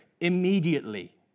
immediately